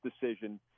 decision